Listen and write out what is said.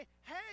hey